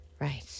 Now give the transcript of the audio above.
Right